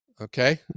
okay